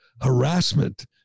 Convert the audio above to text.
harassment